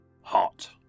Hot